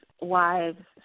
wives